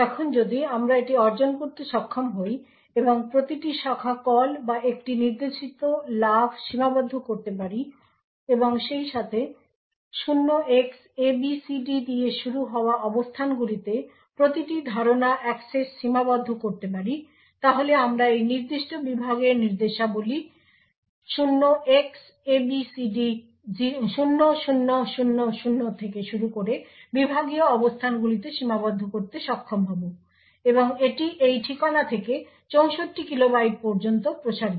এখন যদি আমরা এটি অর্জন করতে সক্ষম হই এবং প্রতিটি শাখা কল বা একটি নির্দেশিত লাফ সীমাবদ্ধ করতে পারি এবং সেই সাথে 0Xabcd দিয়ে শুরু হওয়া অবস্থানগুলিতে প্রতিটি ধারণা অ্যাক্সেস সীমাবদ্ধ করতে পারি তাহলে আমরা এই নির্দিষ্ট বিভাগের নির্দেশাবলী 0Xabcd0000 থেকে শুরু করে বিভাগীয় অবস্থানগুলিতে সীমাবদ্ধ করতে সক্ষম হব এবং এটি এই ঠিকানা থেকে 64 কিলোবাইট পর্যন্ত প্রসারিত